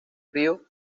río